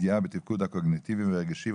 פגיעה בתפקוד הקוגניטיבי והרגשי,